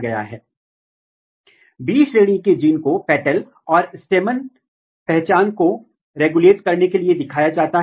एक अन्य जीन जिसे SOC1 कहा जाता है SOC1भी देरी से पुष्पीयकरण कर रहा है लेकिन यदि आप FT और SOC1 को जोड़ते हैं तो पौधा और अधिक विलंबित पुष्पीयकरण प्रदर्शित करता है